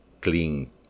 clean